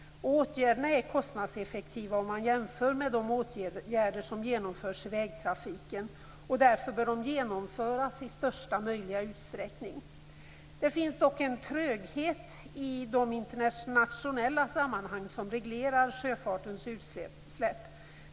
Åtgärderna är kostnadseffektiva om man jämför med de åtgärder som genomförs i vägtrafiken och bör därför genomföras i största möjliga utsträckning. Det finns dock en tröghet i de internationella sammanhang som reglerar sjöfartens utsläpp.